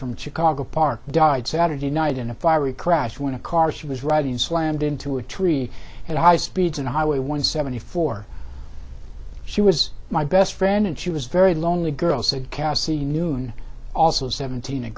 from chicago park died saturday night in a fiery crash when a car she was riding in slammed into a tree at high speeds and highway one seventy four she was my best friend and she was very lonely girl said cassie noon also seventeen